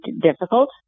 difficult